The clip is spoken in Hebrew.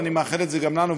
ואני מאחל את זה גם לנו,